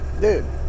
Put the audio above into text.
dude